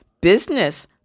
business